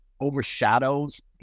overshadows